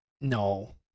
no